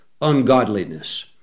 ungodliness